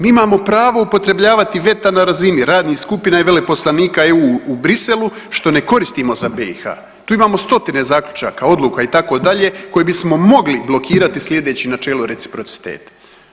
Mi imamo pravo upotrebljavati veta na razini radnih skupina i veleposlanika EU u Briselu što ne koristimo za BiH tu imamo stotine zaključaka odluka itd. koje bismo mogli blokirati slijedeći načelo reciprociteta.